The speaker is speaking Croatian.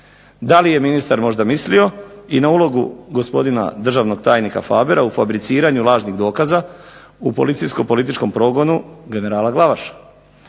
Da li je ministar možda mislio i na ulogu gospodina državnog tajnika Fabera u fabriciranju lažnih dokaza u policijsko političkom progonu generala Glavaša?